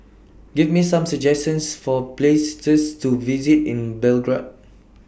Give Me Some suggestions For Places to visit in Belgrade